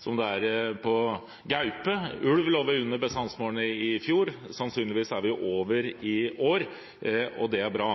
som det er for gaupe. Ulv lå under bestandsmålene i fjor, sannsynligvis er vi over i år, og det er bra.